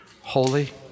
Holy